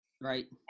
right